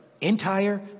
entire